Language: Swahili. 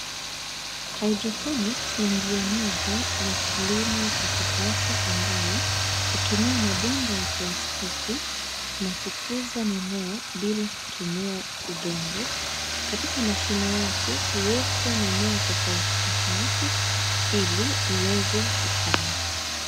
Hydroponics ni njia moja ya kilimo cha kisasa ambayo hutumia mabomba ya plastiki na kukuza mimea bila kutumia udongo. Katika mashimo yake huwekwa mimea tofautofauti ili iweze kukomaa.